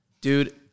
Dude